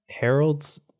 Harold's